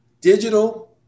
digital